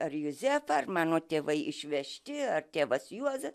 ar juzefa ar mano tėvai išvežti ar tėvas juozas